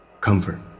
comfort